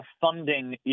funding